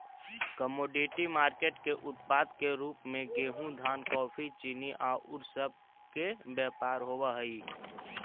commodity market के उत्पाद के रूप में गेहूं धान कॉफी चीनी औउर सब के व्यापार होवऽ हई